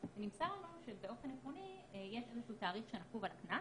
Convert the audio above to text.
ונמסר לנו שבאופן עקרוני יש איזה שהוא תאריך שנקוב על הקנס